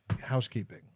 housekeeping